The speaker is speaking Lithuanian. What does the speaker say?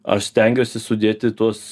aš stengiuosi sudėti tuos